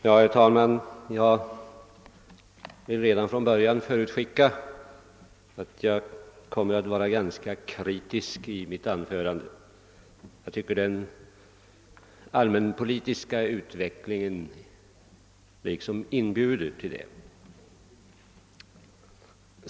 Herr talman! Jag vill redan från början förutskicka att jag kommer att vara ganska kritisk i mitt anförande — jag tycker att den allmänpolitiska utvecklingen liksom inbjuder till det.